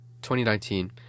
2019